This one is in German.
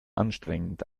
anstrengend